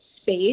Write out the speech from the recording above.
space